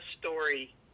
story